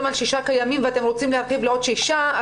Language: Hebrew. על שישה קיימים ואנחנו רוצים להרחיב לעוד שישה,